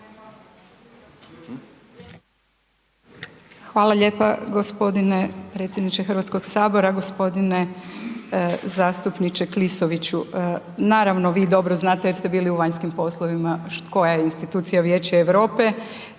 Hvala lijepa gospodine predsjedniče Hrvatskoga sabora. Gospodine zastupniče Klisoviću, naravno vi dobro znate jer ste bili u vanjskim poslovima koja je institucija Vijeća Europe,